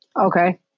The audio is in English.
Okay